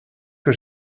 que